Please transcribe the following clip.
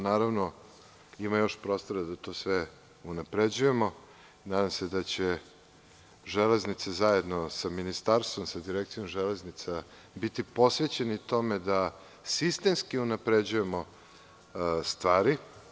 Naravno, ima još prostora da to sve unapređujemo i nadam se da će „Železnice“ zajedno sa Ministarstvom i sa Direkcijom železnica biti posvećeni tome da sistemski unapređujemo stvari.